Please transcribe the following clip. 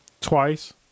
twice